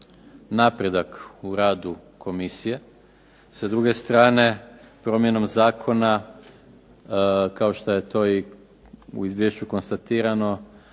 napredak u radu komisije. Sa druge strane promjenom zakona, kao šta je to i u izvješću konstatirano